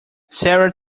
sarah